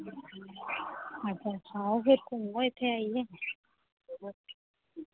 अच्छा आओ फिर घूमो इत्थै आइयै